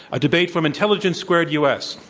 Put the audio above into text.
a debate from intelligence squared u. s.